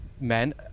men